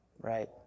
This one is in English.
Right